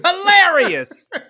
Hilarious